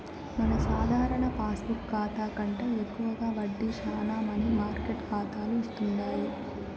మన సాధారణ పాస్బుక్ కాతా కంటే ఎక్కువ వడ్డీ శానా మనీ మార్కెట్ కాతాలు ఇస్తుండాయి